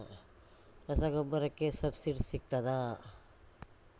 ರಸಗೊಬ್ಬರಕ್ಕೆ ಸಬ್ಸಿಡಿ ಸಿಗ್ತದಾ?